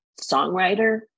songwriter